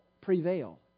prevail